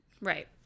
Right